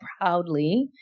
proudly